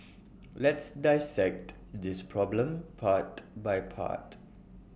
let's dissect this problem part by part